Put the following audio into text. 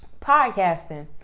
podcasting